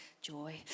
joy